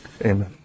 Amen